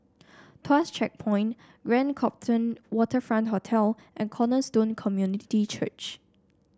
Tuas Checkpoint Grand Copthorne Waterfront Hotel and Cornerstone Community Church